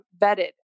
vetted